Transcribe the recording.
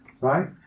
right